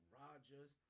Rodgers